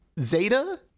zeta